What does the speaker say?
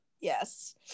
yes